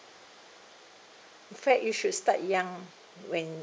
in fact you should start young when